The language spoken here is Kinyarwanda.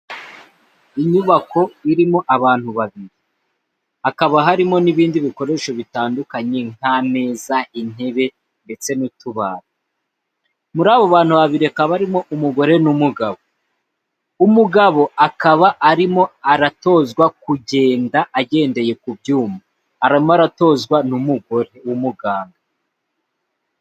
Inyubako irimo abantu babiri hakaba harimo n'ibindi bikoresho bitandukanye nk'ameza intebe ndetse n'utubati muri abo bantu babiri hakaba harimo umugore n'umugabo umugabo akaba arimo aratozwa kugenda agendeye ku byuma arimo atozwa n'umugore w'umuganga.